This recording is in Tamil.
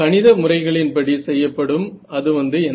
கணித முறைகளின் படி செய்யப்படும் அது வந்து என்ன